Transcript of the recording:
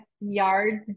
yards